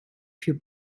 für